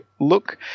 look